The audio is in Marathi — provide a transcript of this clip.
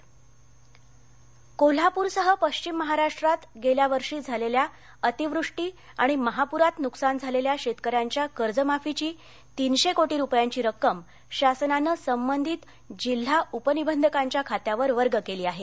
कर्जमाफी कोल्हापर कोल्हापूरसह पश्चिम महाराष्ट्रात गेल्या वर्षी झालेल्या अतिवृष्टी आणि महापुरात नुकसान झालेल्या शेतकऱ्यांच्या कर्जमाफीची तीनशे कोटी रुपयांची रक्कम शासनानं संबंधित जिल्हा उपनिबंधकांच्या खात्यावर वर्ग केली आहे